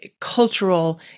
cultural